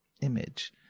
image